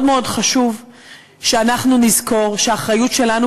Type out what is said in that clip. מאוד חשוב שאנחנו נזכור שהאחריות שלנו